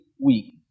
week